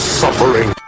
suffering